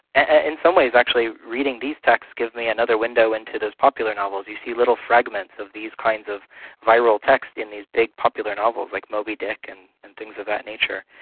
ah in some ways actually reading these texts gives me another window into those popular novels. you see little fragments of these kinds of viral texts in these big popular novels like moby dick and and things of that nature.